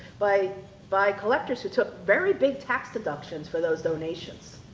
by by collectors who took very big tax deductions for those donations.